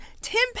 Tim